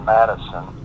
Madison